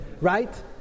right